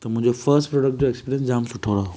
त मुंहिंजो first product जो ऐक्सपीरियंस जाम सुठो रहियो